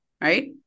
right